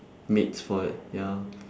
mates for it ya